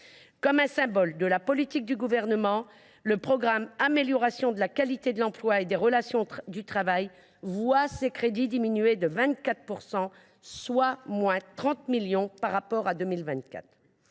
Comme un symbole de la politique du Gouvernement, le programme « Amélioration de la qualité de l’emploi et des relations du travail » voit ses crédits diminuer de 24 %, soit une baisse de 30 millions d’euros par rapport à 2024.